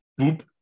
boop